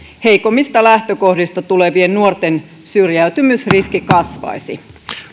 heikommista lähtökohdista tulevien nuorten syrjäytymisriski kasvaisi